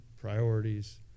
priorities